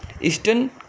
eastern